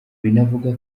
binavugwa